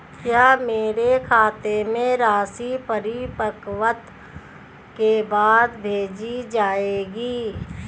क्या मेरे खाते में राशि परिपक्वता के बाद भेजी जाएगी?